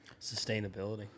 Sustainability